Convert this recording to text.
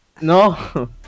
no